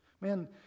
Man